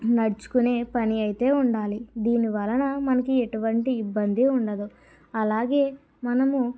నడుచుకునే పని అయితే ఉండాలి దీని వలన మనకు ఎటువంటి ఇబ్బంది ఉండదు అలాగే మనము